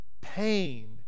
pain